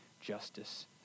justice